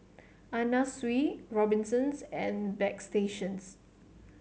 Anna Sui Robinsons and Bagstationz